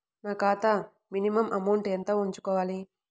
నా ఖాతా minimum amount ఎంత ఉంచుకోవాలి?